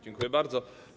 Dziękuję bardzo.